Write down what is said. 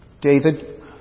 David